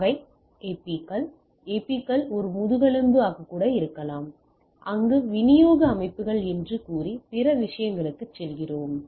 அவை ஏபிக்கள் ஏபிக்கள் ஒரு முதுகெலும்பாக உள்ளன அங்கு விநியோக அமைப்புகள் என்று கூறி பிற விஷயங்களுக்குச் செல்கிறோம்